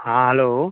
हँ हैलो